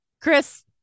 Chris